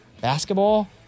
basketball